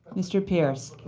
mr. pierce.